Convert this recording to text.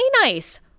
nice